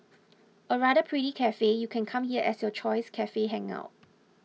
a rather pretty cafe you can come here as your choice cafe hangout